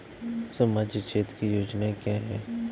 सामाजिक क्षेत्र की योजनाएँ क्या हैं?